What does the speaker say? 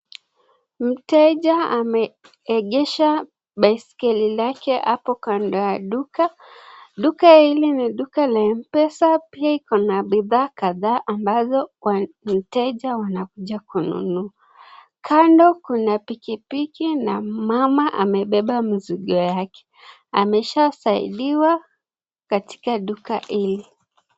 Mteja ameekesha baskeli lake hapo kando ya duka , duka hili ni duka ya mpesa pia Iko na bidhaa kadhaa ambazo mteja wakuja kununua kando kuna bikibiki na mama amepepa mizigo yake ameshaa saidiwa katika duka hili.